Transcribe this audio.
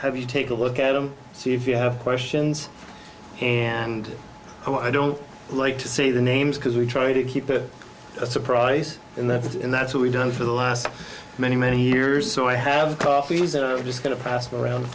have you take a look at them see if you have questions and so i don't like to say the names because we try to keep it a surprise in there and that's what we've done for the last many many years so i have coffees that are just going to pass around